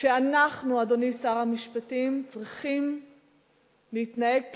שאנחנו, אדוני שר המשפטים, צריכים להתנהג כחברה,